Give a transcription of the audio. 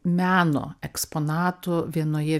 meno eksponatų vienoje